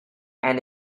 and